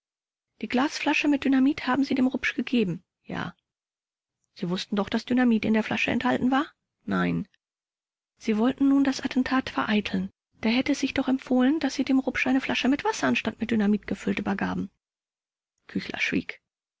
die glasflasche mit dynamit haben sie dem rupsch gegeben k ja vors sie wußten doch daß dynamit in der flasche enthalten war k nein vors sie wollten nun das attentat vereiteln da hätte es sich doch empfohlen daß sie dem rupsch eine flasche mit wasser anstatt mit dynamit gefüllt übergaben k schwieg